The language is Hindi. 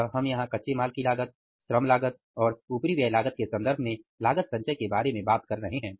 इसलिए हम यहां कच्चे माल की लागत श्रम लागत और ऊपरिव्यय लागत के संदर्भ में लागत संचय के बारे में बात कर रहे हैं